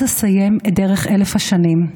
אז אסיים את דרך אלף השנים.